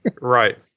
Right